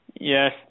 Yes